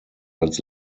als